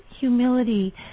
humility